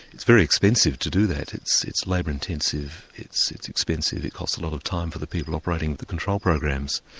it's very expensive to do that, it's it's labour intensive, it's it's expensive, it costs a lot of time for the people operating the control programs.